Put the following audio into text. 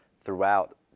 throughout